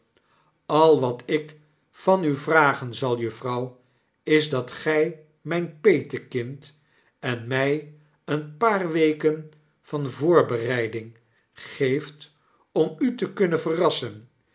al wat ik van u vragen zal juffrouw is dat gij myn petekind en mij een paar weken van voorbereiding geeft om u te kunnen verrassen